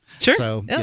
Sure